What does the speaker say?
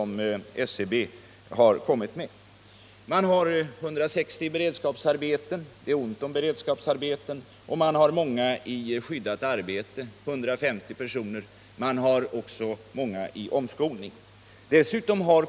Man har vidare 160 personer i beredskapsarbeten — men det är ont om beredskapsarbeten — och man har 150 personer i skyddat arbete. Man har också många i omskolningsverksamhet.